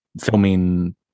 filming